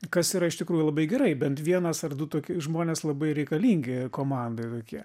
kas yra iš tikrųjų labai gerai bent vienas ar du tokie žmonės labai reikalingi komandoj tokie